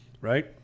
right